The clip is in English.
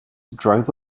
drove